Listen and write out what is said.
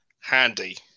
Handy